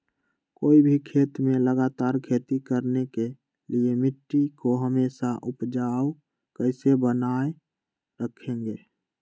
कोई भी खेत में लगातार खेती करने के लिए मिट्टी को हमेसा उपजाऊ कैसे बनाय रखेंगे?